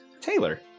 Taylor